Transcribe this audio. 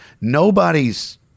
nobody's